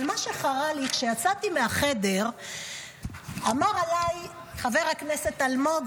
אבל מה שחרה לי: כשיצאתי מהחדר אמר עליי חבר הכנסת אלמוג,